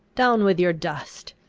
down with your dust!